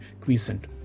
quiescent